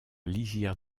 lisière